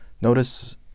Notice